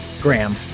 Graham